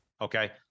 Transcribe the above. Okay